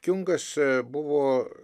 kiungas buvo